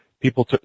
people